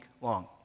long